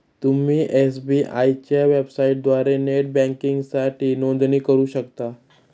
तुम्ही एस.बी.आय च्या वेबसाइटद्वारे नेट बँकिंगसाठी नोंदणी करू शकता